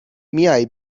میای